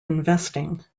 investing